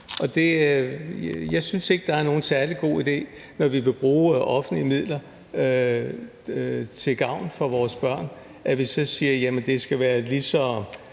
jeg synes ikke, at det er nogen særlig god idé, når vi vil bruge offentlige midler til gavn for vores børn, at vi så siger, at det skal være lige så